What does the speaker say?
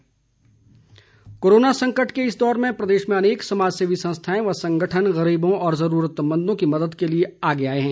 trust corona संकट के इस दौर में प्रदेश में अनेक समाजसेवी संस्थाएं व संगठन गरीबों और जरूरतमंदों की मद्द के लिए आगे आए हैं